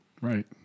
Right